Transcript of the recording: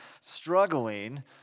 struggling